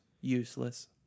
useless